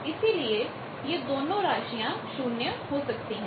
तो इसलिए यह दोनों राशियां शून्य हो सकती हैं